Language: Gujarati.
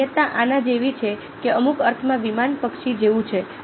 સામ્યતા આના જેવી છે કે અમુક અર્થમાં વિમાન પક્ષી જેવું છે